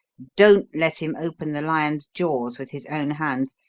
don't let him open the lion's jaws with his own hands.